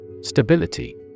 Stability